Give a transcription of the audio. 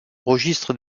registre